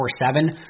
24-7